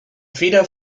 feder